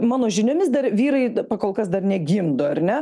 mano žiniomis dar vyrai kol kas dar negimdo ar ne